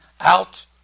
out